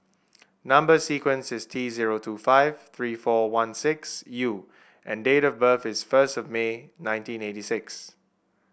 number sequence is T zero two five three four one six U and date of birth is first of May nineteen eighty six